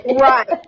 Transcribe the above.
Right